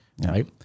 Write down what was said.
right